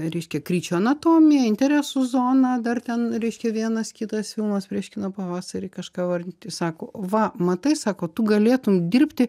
reiškia kryčio anatomiją interesų zoną dar ten reiškia vienas kitas filmas prieš kino pavasarį kažką vardinti sako va matai sako tu galėtum dirbti